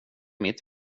mitt